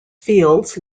fields